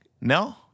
No